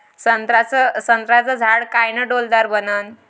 संत्र्याचं झाड कायनं डौलदार बनन?